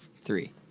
three